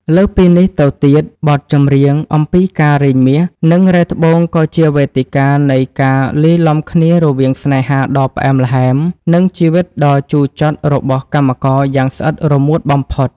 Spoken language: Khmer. លើសពីនេះទៅទៀត បទចម្រៀងអំពីការរែងមាស និងរ៉ែត្បូងក៏ជាវេទិកានៃការលាយឡំគ្នារវាងស្នេហាដ៏ផ្អែមល្ហែម និងជីវិតដ៏ជូរចត់របស់កម្មករយ៉ាងស្អិតរមួតបំផុត។